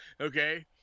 Okay